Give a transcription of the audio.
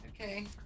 Okay